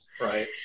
Right